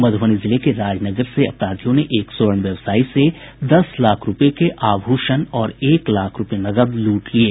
मधुबनी जिले के राजनगर से अपराधियों ने एक स्वर्ण व्यवसायी से दस लाख रूपये के आभूषण और एक लाख रूपये नकद लूट लिये